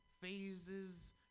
phases